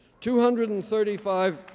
235